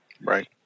Right